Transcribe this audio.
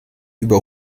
über